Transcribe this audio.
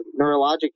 neurologic